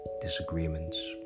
disagreements